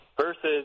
versus